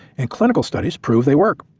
and clinical studies prove they work.